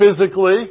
physically